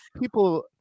people